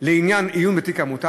לעניין עיון בתיק עמותה,